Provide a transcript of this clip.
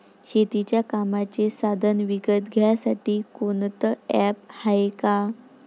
शेतीच्या कामाचे साधनं विकत घ्यासाठी कोनतं ॲप हाये का?